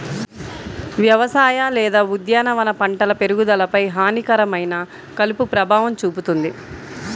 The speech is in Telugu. వ్యవసాయ లేదా ఉద్యానవన పంటల పెరుగుదలపై హానికరమైన కలుపు ప్రభావం చూపుతుంది